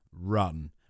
run